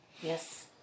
Yes